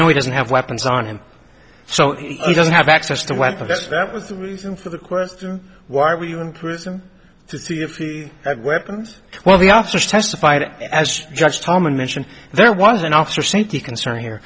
know he doesn't have weapons on him so he doesn't have access to weapons that's that was the reason for the question why were you in prison to see if he had weapons while the officers testified as judge thomas mentioned there was an officer safety concern here